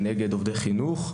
ונגד עובדי חינוך,